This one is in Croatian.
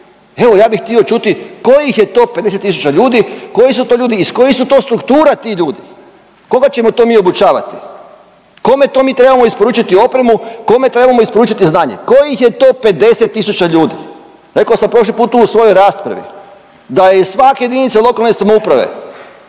Evo ja bih htio čuti kojih je to 50 tisuća ljudi, koji su to ljudi, iz kojih su to struktura ti ljudi, koga ćemo to mi obučavati, kome to mi trebamo isporučiti opremu, kome trebamo isporučiti znanje, kojih je to 50 tisuća ljudi. Rekao sam prošli put tu u svojoj raspravi da je iz svake jedinice lokalne samouprave